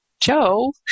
Joe